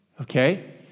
okay